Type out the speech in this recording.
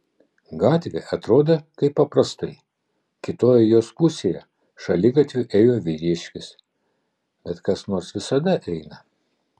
gatvė atrodė kaip paprastai kitoje jos pusėje šaligatviu ėjo vyriškis bet kas nors visada eina